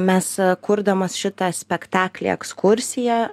mes kurdamos šitą spektaklį ekskursiją